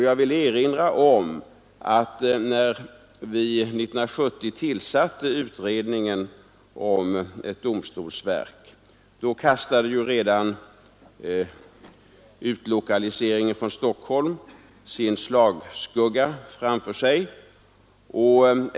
Jag vill erinra om att när vi 1970 tillsatte utredningen om ett domstolsverk kastade redan utlokaliseringen från Stockholm sin slagskugga framför sig.